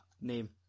name